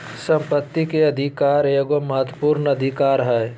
संपत्ति के अधिकार एगो महत्वपूर्ण अधिकार हइ